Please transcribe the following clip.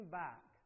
back